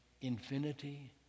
infinity